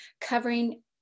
covering